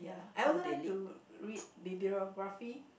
I also like to read bibliography